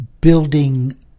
building